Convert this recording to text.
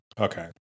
Okay